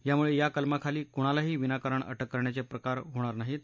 यामुळे या कलमाखाली कुणालाही विनाकारण अटक करण्याचे प्रकार होणार नाहीत